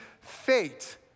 fate